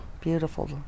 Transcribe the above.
beautiful